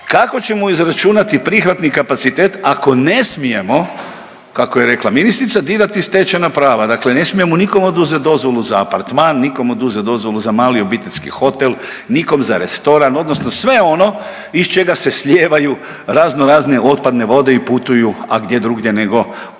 kako ćemo izračunati prihvatni kapacitet ako ne smijemo, kako je rekla ministrica, dirati stečena prava? Dakle ne smijemo nikome oduzeti dozvolu za apartman, nikom oduzeti dozvolu za mali obiteljski hotel, nikom za restoran odnosno sve ono iz čega se slijevaju raznorazne otpadne vode i putuju, a gdje drugdje nego u Jadran.